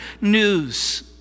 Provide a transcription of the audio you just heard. news